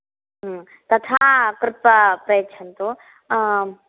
तथा कृत्वा प्रयच्छन्तु